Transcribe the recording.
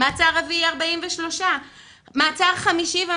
43 מאסר רביעי,